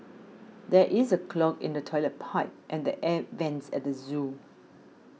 there is a clog in the Toilet Pipe and the Air Vents at the zoo